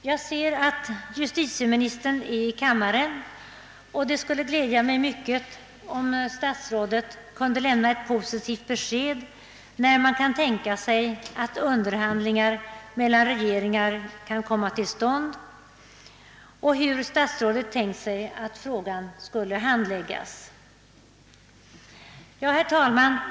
Jag ser att justitieministern är närvarande i kammaren, och det skulle glädja mig mycket, om statsrådet kunde lämna ett positivt besked om när under handlingar mellan regeringarna beräknas komma till stånd och hur statsrådet tänkt sig att frågan skall handläggas. Herr talman!